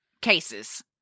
cases